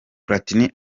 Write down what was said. platini